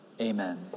amen